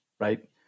Right